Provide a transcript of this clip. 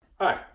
Hi